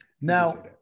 Now